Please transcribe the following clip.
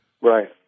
Right